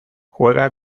juega